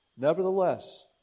Nevertheless